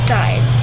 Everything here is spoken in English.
died